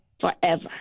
forever